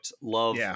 love